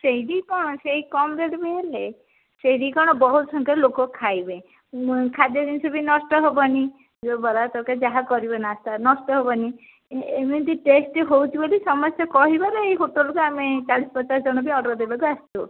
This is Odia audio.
ସେଇଠି କ'ଣ ସେଇ କମ ରେଟ୍ ବି ହେଲେ ସେଇଠ କ'ଣ ବହୁତ ସଂଖ୍ୟାରେ ଲୋକ ଖାଇବେ ଖାଦ୍ୟ ଜିନିଷ ବି ନଷ୍ଟ ହେବନି ଯାହା ବରା ତରକାରୀ ଯାହା କରିବେ ନାସ୍ତା ନଷ୍ଟ ହେବନି ଏମିତି ଟେଷ୍ଟ ହେଉଛି ବୋଲି ସମସ୍ତେ କହିବାରେ ଏଇ ହୋଟେଲକୁ ଆମେ ଚାଳିଶ ପଚାଶ ଜଣ ବି ଅର୍ଡର୍ ଦେବାକୁ ଆସିଛୁ